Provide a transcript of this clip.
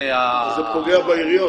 פוגע בעיריות,